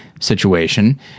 situation